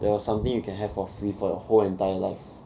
there was something you can have for free for your whole entire life